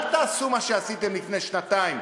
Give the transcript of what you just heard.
אל תעשו מה שעשיתם לפני שנתיים,